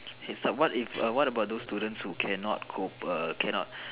heads up what if err what about those students who cannot cope err cannot